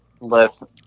listen